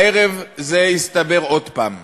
הערב זה התברר עוד פעם.